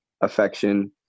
affection